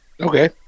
Okay